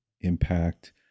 impact